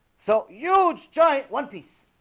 so huge giant one piece